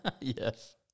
Yes